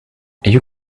you